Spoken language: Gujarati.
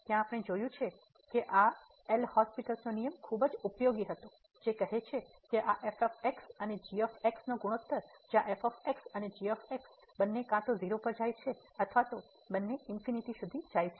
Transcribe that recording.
ત્યાં આપણે જે જોયું છે કે આ એલ'હોસ્પિટલ L'Hospital નો નિયમ ખૂબ જ ઉપયોગી હતો જે કહે છે કે આ f અને g નો ગુણોત્તર જ્યાં f અને g બંને કાં તો 0 પર જાય છે અથવા તે બંને ઇન્ફીનીટી સુધી જાય છે